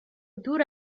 دور